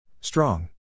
Strong